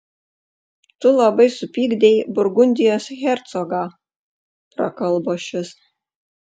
tu labai supykdei burgundijos hercogą prakalbo šis